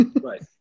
Right